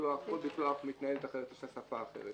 כל ביטוח מתנהל בשפה אחרת.